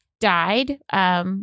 died